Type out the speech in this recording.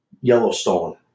Yellowstone